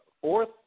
fourth